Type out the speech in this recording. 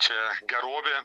čia gerovė